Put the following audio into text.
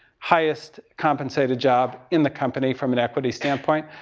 highest compensated job in the company from an equity standpoint,